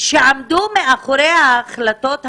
שעמדו מאחורי ההחלטות המקצועיות.